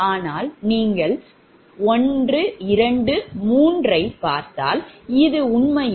ஆனால் நீங்கள் 1 2 3 ஐப் பார்த்தால் இது உண்மையில் 0